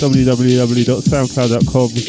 www.soundcloud.com